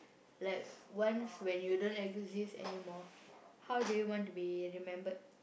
like once when you don't exist anymore how do you want to be remembered